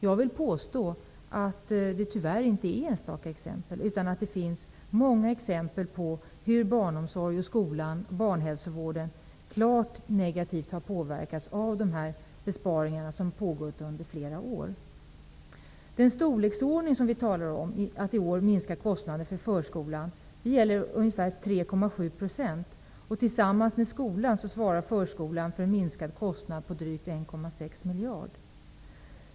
Jag vill påstå att det tyvärr inte är enstaka exempel, utan att det finns många exempel på hur barnomsorgen, skolan och barnhälsovården klart negativt påverkas av de besparingar som satts in under flera år. Den storleksordning som vi talar om när det gäller minskningar på förskolan i år är ungefär 3,7 %. Tillsammans med skolan svarar förskolan för minskade kostnader på drygt 1,6 miljader.